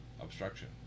obstruction